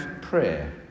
prayer